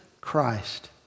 Christ